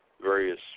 various